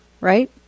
right